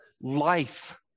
life